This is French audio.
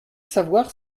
savoir